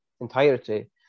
entirety